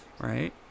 right